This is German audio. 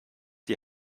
die